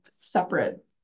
separate